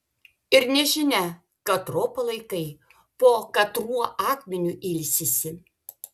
ir nežinia katro palaikai po katruo akmeniu ilsisi